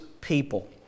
people